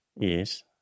Yes